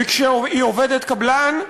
וכשהיא עובדת קבלן,